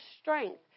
strength